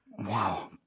Wow